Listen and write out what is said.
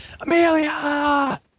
amelia